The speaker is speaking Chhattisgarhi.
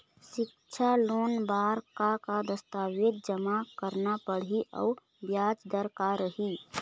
सिक्छा लोन बार का का दस्तावेज जमा करना पढ़ही अउ ब्याज दर का रही?